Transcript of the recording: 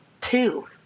two